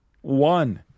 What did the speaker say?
one